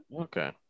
Okay